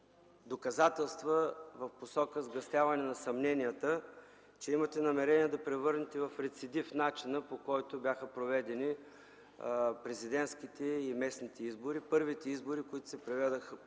доказателства в посока сгъстяване на съмненията, че имате намерение да превърнете в рецидив начина, по който бяха проведени президентските и местните избори – първите избори, които се проведоха